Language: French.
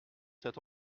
cette